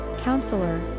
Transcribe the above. counselor